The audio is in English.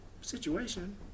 situation